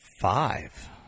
five